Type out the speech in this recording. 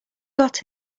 got